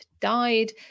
died